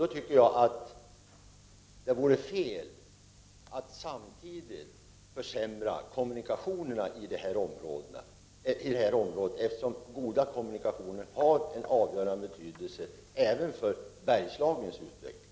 Då tycker jag att det vore fel att samtidigt försämra kommunikationerna i detta område, eftersom goda kommunikationer har en avgörande betydelse även för Bergslagens utveckling.